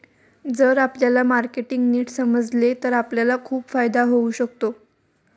जर आपल्याला मार्केटिंग नीट समजले तर आपल्याला खूप फायदा होऊ शकतो